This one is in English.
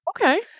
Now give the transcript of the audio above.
Okay